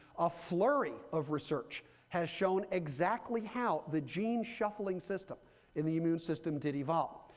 a flurry of research has shown exactly how the gene shuffling system in the immune system did evolve.